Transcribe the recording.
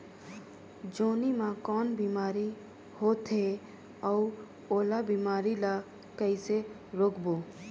जोणी मा कौन बीमारी होथे अउ ओला बीमारी ला कइसे रोकबो?